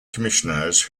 commissioners